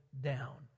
down